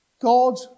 God